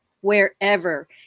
wherever